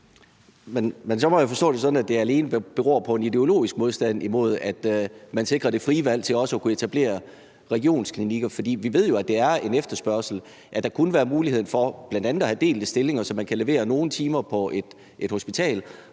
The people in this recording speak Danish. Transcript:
Men så må jeg jo forstå det sådan, at det alene beror på en ideologisk modstand imod, at man sikrer det frie valg til også at kunne etablere regionsklinikker. For vi ved jo, at der er en efterspørgsel efter muligheden for bl.a. at have delte stillinger, så man f.eks. kan levere nogle timer på et hospital